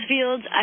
fields